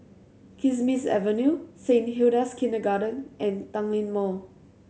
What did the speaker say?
Kismis Avenue Saint Hilda's Kindergarten and Tanglin Mall